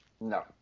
No